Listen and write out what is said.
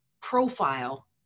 profile